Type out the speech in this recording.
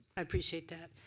i appreciate that.